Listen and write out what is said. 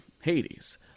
Hades